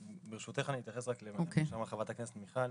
ברשותך, אני אתייחס למה שאמרה חברת הכנסת מיכל.